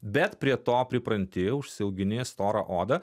bet prie to pripranti užsiauginę storą odą